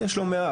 יש לא מעט.